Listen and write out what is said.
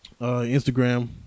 Instagram